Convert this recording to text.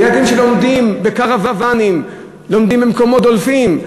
זה ילדים שלומדים בקרוונים ובמקומות דולפים,